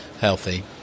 healthy